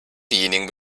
diejenigen